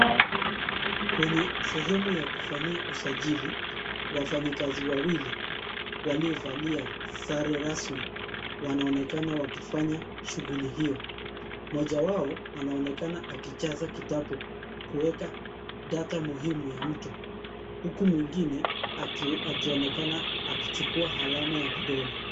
Kwenye sehemu ya kufanyia usajili, wafanyi kazi wawili, waliovalia sare rasmi wanaonekana wakifanya shughuli hiyo, moja wao anaonekana akijaza kitabu kuweka data muhimu ya mtu. Huku mwingine akionekana akichukua alama ya vidole.